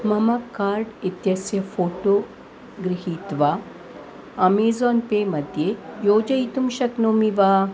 मम कार्ट इत्यस्य फ़ोटो गृहीत्वा अमेज़ान् पे मध्ये योजयितुं शक्नोमि वा